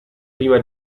prima